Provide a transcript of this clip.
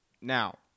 Now